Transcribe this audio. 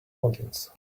audience